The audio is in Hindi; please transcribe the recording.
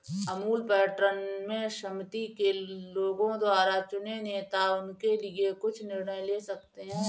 अमूल पैटर्न में समिति के लोगों द्वारा चुने नेता उनके लिए कुछ निर्णय ले सकते हैं